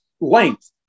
length